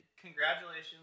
congratulations